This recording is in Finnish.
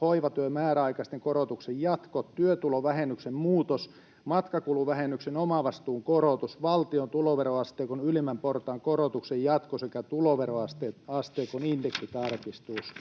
hoivatyön määräaikaisen korotuksen jatko, työtulovähennyksen muutos, matkakuluvähennyksen omavastuun korotus, valtion tuloveroasteikon ylimmän portaan korotuksen jatko sekä tuloveroasteikon indeksitarkistus.”